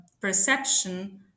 perception